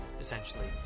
essentially